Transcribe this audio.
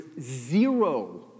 zero